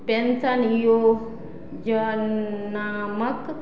pension योजनामक